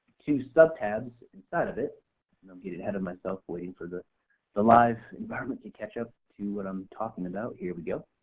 two sub-tabs inside of it and i'm getting ahead of myself waiting for the the live environment to catch up to what i'm talking about, here we go.